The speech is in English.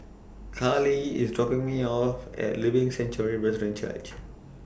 Carlee IS dropping Me off At Living Sanctuary Brethren Church